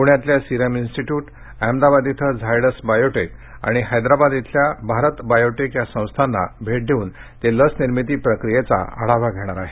पूण्यातल्या Serum Institute Ahmedabad इथ Zydus Biotech आणि हैदराबाद इथल्या भारत बायोटेक या संस्थांना भेट देऊन ते लस निर्मिती प्रक्रियेचा आढावा घेणार आहेत